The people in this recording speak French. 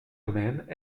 domaines